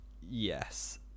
Yes